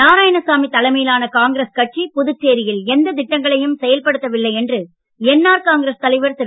நாராயணசாமி தலைமையிலான காங்கிரஸ் கட்சி புதுச்சேரியில் எந்த திட்டங்களையும் செயல்படுத்தவில்லை என்று என்ஆர் காங்கிரஸ் தலைவர் திரு